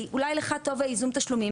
כי אולי לך טוב הייזום תשלומים,